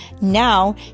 Now